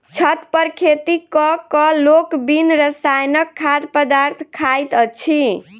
छत पर खेती क क लोक बिन रसायनक खाद्य पदार्थ खाइत अछि